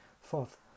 Fourth